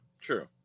true